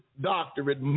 doctorate